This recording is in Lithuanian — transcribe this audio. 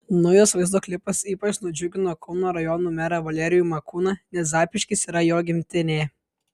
naujas vaizdo klipas ypač nudžiugino kauno rajono merą valerijų makūną nes zapyškis yra jo gimtinė